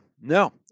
no